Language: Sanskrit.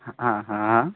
आम् हा